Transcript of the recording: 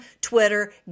Twitter